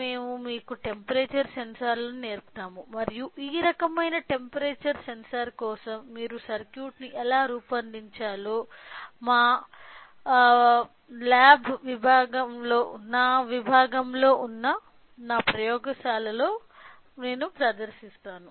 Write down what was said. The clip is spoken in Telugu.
మేము మీకు టెంపరేచర్ సెన్సార్లు గురించి నేర్పుతాము మరియు ఈ రకమైన టెంపరేచర్ సెన్సార్ కోసం మీరు సర్క్యూట్ను ఎలా రూపొందించాలో మా విభాగంలో ఉన్న ప్రయోగశాలలో మేము ప్రదర్శిస్తాము